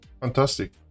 Fantastic